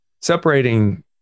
separating